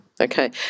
Okay